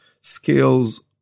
scales